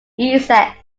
essex